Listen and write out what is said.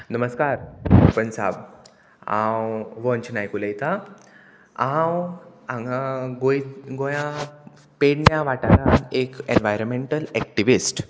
नमस्कार पंच साब आंव वंच नायक उलयतां हांव हांगा गोंया पेडण्या वाठारांत एक एनवायरोमेंटल एक्टिविस्ट